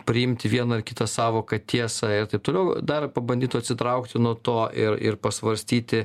priimti vieną ar kitą sąvoką tiesą ir taip toliau dar pabandytų atsitraukti nuo to ir ir pasvarstyti